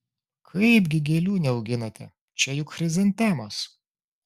kaipgi gėlių neauginate čia juk chrizantemos